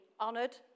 honoured